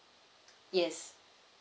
yes